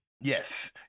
yes